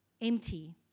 Empty